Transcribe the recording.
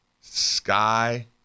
Sky